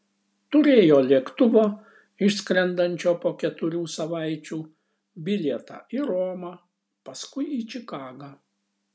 turėjo lėktuvo išskrendančio po keturių savaičių bilietą į romą paskui į čikagą